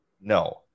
No